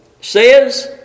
says